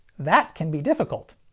that can be difficult!